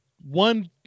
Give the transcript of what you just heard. one